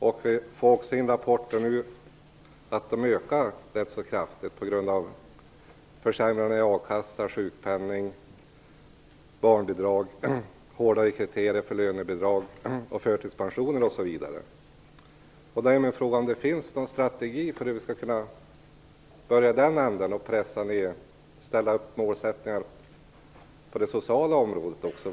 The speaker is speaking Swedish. Vi får nu rapporter om att antalet ökar rätt kraftigt på grund av försämringarna av akassan, sjukpenningen och barnbidragen, strängare kriterier för lönebidrag, förtidspensioner osv. Jag undrar därför om det finns någon strategi för hur vi skall kunna få ned nyckeltalen också på det sociala området.